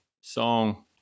song